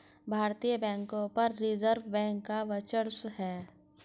भारतीय बैंकों पर रिजर्व बैंक का वर्चस्व है